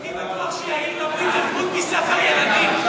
הייתי בטוח שיאיר לפיד זה דמות מספר ילדים.